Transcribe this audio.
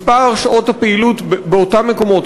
מספר שעות הפעילות באותם מקומות,